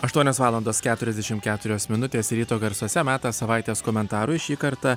aštuonios valandos keturiasdešimt keturios minutės ryto garsuose metas savaitės komentarui šį kartą